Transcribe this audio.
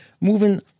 moving